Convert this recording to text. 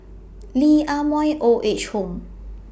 Lee Ah Mooi Old Age Home